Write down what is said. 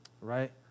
Right